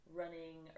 running